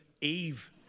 Eve